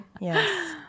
yes